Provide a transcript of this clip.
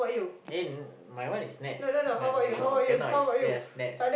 and my one is next no no no cannot it's just next